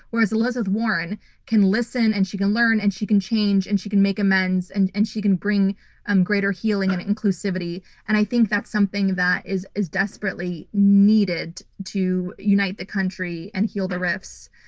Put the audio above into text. whereas, elizabeth warren can listen and she can learn and she can change and she can make amends and and she can bring um greater healing and inclusivity and i think that's something that is is desperately needed to unite the country and heal the rifts.